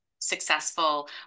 successful